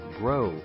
grow